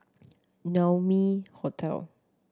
Naumi Hotel